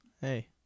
Hey